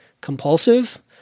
compulsive